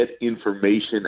information